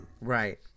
Right